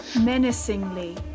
Menacingly